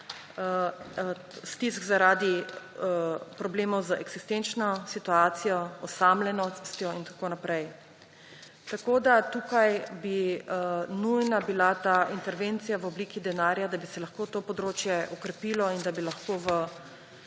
stisk zaradi problemov z eksistenčno situacijo, osamljenostjo in tako naprej. Tako bi tukaj bila nujna ta intervencija v obliki denarja, da bi se lahko to področje okrepilo in da bi lahko v